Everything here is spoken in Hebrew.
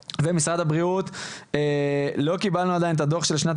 ומשרד הבריאות לא קיבלנו עדיין את הדו"ח של שנת